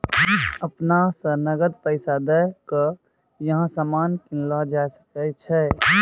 अपना स नकद पैसा दै क यहां सामान कीनलो जा सकय छै